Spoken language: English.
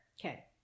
Okay